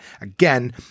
again